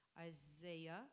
Isaiah